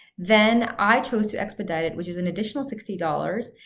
then i chose to expedite it, which is an additional sixty dollars.